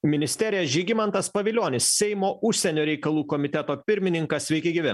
ministerija žygimantas pavilionis seimo užsienio reikalų komiteto pirmininkas sveiki gyvi